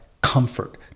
comfort